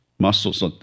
Muscles